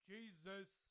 Jesus